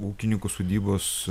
ūkininkų sodybos